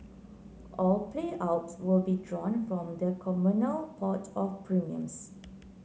all payouts will be drawn from the communal pot of premiums